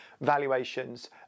valuations